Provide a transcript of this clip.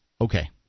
Okay